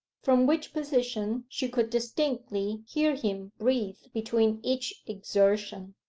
from which position she could distinctly hear him breathe between each exertion,